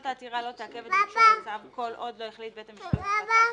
העתירה לא תעכב את ביצוע הצו כל עוד לא החליט בית המשפט החלטה אחרת.